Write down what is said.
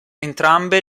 entrambe